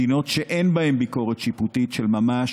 מדינות שאין בהן ביקורת שיפוטית של ממש